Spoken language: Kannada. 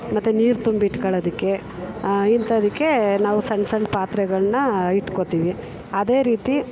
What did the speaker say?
ಮತ್ತೆ ನೀರು ತುಂಬಿಟ್ಕಳೋದಿಕ್ಕೆ ಇಂಥದಕ್ಕೆ ನಾವು ಸಣ್ಣ ಸಣ್ಣ ಪಾತ್ರೆಗಳನ್ನ ಇಟ್ಕೊತೀವಿ ಅದೇ ರೀತಿ